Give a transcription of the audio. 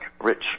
Rich